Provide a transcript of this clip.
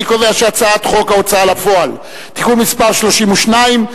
אני קובע שחוק ההוצאה לפועל (תיקון מס' 32),